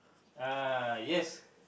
ah yes